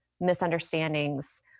misunderstandings